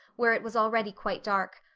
where it was already quite dark,